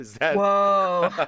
Whoa